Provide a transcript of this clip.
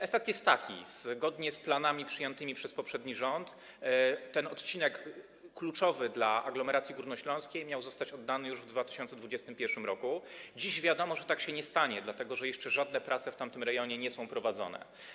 Efekt jest taki, że choć zgodnie z planami przyjętymi przez poprzedni rząd ten odcinek, kluczowy dla aglomeracji górnośląskiej, miał zostać oddany do użytku już w 2021 r., to dziś wiadomo, że tak się nie stanie, dlatego że jeszcze żadne prace w tamtym rejonie nie są prowadzone.